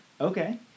Okay